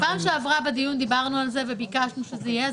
בדיון הקודם דיברנו על זה וביקשנו שזה יהיה.